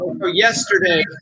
Yesterday